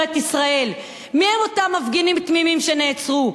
ישראל מי הם אותם מפגינים תמימים שנעצרו,